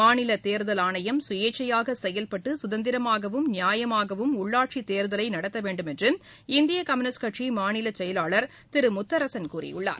மாநிலத் தேர்தல் ஆணையம் சுயேட்சையாக செயல்பட்டு சுதந்திரமாகவும் நியாயமாகவும் உள்ளாட்சித் தேர்தலை நடத்த வேண்டும் என்று இந்திய கம்யூனிஸ்ட் கட்சி மாநிலச்செயலாளர் திரு முத்தரசன் கூறியுள்ளார்